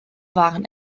waren